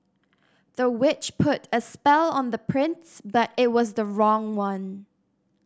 the witch put a spell on the prince but it was the wrong one